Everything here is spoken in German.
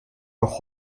noch